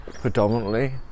predominantly